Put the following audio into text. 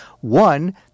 One